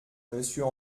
monsieur